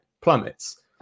plummets